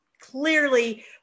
clearly